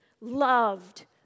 loved